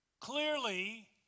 Clearly